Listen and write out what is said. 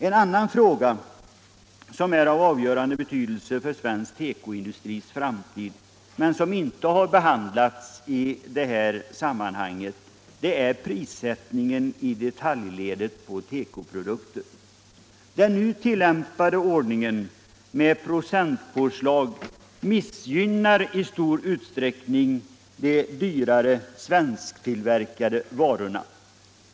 En annan fråga, som är av avgörande betydelse för svensk tekoindustris framtid men som inte har behandlats i detta sammanhang, är prissättningen i detaljledet på tekoprodukter. Den nu tillämpade ordningen med procentpåslag missgynnar i stor utsträckning de dyrare svensktillverkade varorna.